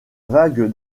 vague